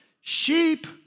Sheep